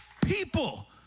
people